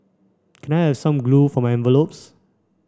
can I have some glue for my envelopes